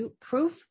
proof